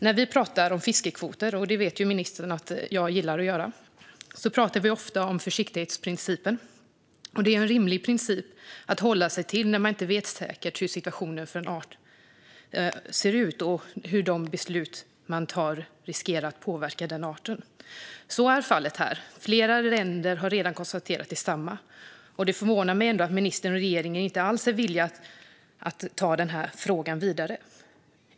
När vi pratar om fiskekvoter, och det vet ju ministern att jag gillar att göra, pratar vi ofta om försiktighetsprincipen. Det är en rimlig princip att hålla sig till när man inte vet säkert hur situationen för en art ser ut eller hur de beslut man fattar riskerar att påverka den arten. Så är fallet här. Flera länder har redan konstaterat detsamma, och det förvånar mig att ministern och regeringen inte alls är villiga att ta frågan vidare.